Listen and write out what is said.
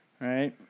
Right